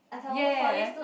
ya